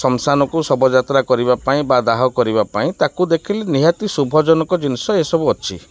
ଶ୍ମଶାନକୁ ଶବ ଯାତ୍ରା କରିବା ପାଇଁ ବା ଦାହ କରିବା ପାଇଁ ତାକୁ ଦେଖିଲେ ନିହାତି ଶୁଭଜନକ ଜିନିଷ ଏସବୁ ଅଛି